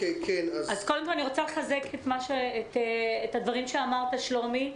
קודם כול אני רוצה לחזק את הדברים שאמרת, שלומי.